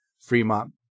Fremont